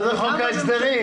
מה זה חוק ההסדרים?